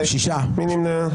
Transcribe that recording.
מי נמנע?